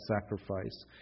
sacrifice